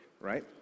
right